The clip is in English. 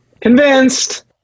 convinced